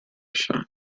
shot